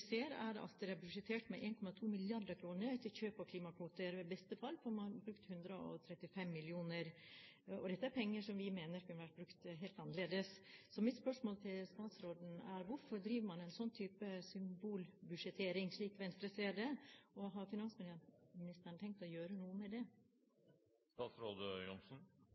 ser, er at det er budsjettert med 1,2 mrd. kr til kjøp av klimakvoter. I beste fall får man brukt 135 mill. kr. Dette er penger som vi mener kunne vært brukt helt annerledes. Mitt spørsmål til statsråden er: Hvorfor driver man en sånn type symbolbudsjettering, slik Venstre ser det, og har finansministeren tenkt å gjøre noe med